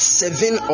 seven